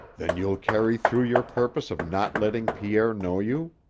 then you'll carry through your purpose of not letting pierre know you?